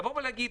להגיד: